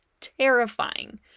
terrifying